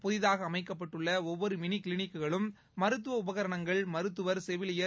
புதிதாக அமைக்கப்பட்டுள்ள ஒவ்வொரு மினி கிளினிக்குகளும் மருத்துவ உபகரணங்கள் மருத்துவர் செவிலியர்